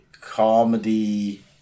comedy